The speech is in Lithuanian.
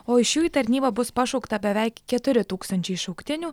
o iš jų į tarnybą bus pašaukta beveik keturi tūkstančiai šauktinių